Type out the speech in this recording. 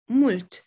mult